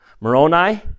Moroni